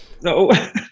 No